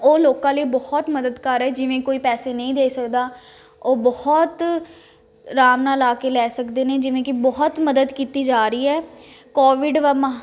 ਉਹ ਲੋਕਾਂ ਲਈ ਬਹੁਤ ਮਦਦ ਕਰ ਰਹੇ ਜਿਵੇਂ ਕੋਈ ਪੈਸੇ ਨਹੀਂ ਦੇ ਸਕਦਾ ਉਹ ਬਹੁਤ ਆਰਾਮ ਨਾਲ ਆ ਕੇ ਲੈ ਸਕਦੇ ਨੇ ਜਿਵੇਂ ਕਿ ਬਹੁਤ ਮਦਦ ਕੀਤੀ ਜਾ ਰਹੀ ਹੈ ਕੋਵਿਡ ਮਹਾ